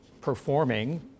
performing